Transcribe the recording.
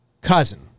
cousin